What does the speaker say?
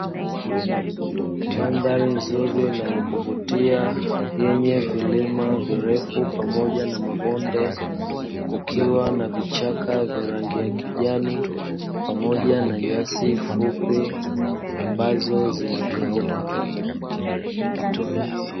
Mandhari nzuri na kuvutia, yenye vilima virefu pamoja na mabonde, kukiwa na vichaka vya rangi ya kijani pamoja na nyasi fupi ambazo zimekauka.